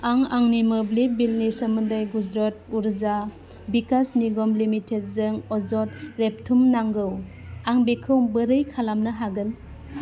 आं आंनि मोब्लिब बिलनि सोमोन्दै गुजराट अर्जा बिकास निगम लिमिटेडजों अजद रेबथुम नांगौ आं बेखौ बोरै खालामनो हागोन